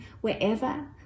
wherever